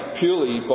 purely